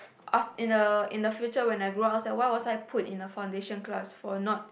after in the in the future when I grow up I was like why was I put in a foundation class for not